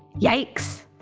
yikes!